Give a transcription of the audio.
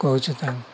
କହୁଛୁ ତାଙ୍କୁ